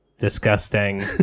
disgusting